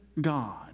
God